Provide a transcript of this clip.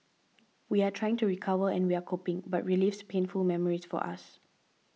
we're trying to recover and we're coping but relives painful memories for us